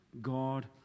God